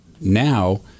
Now